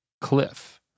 cliff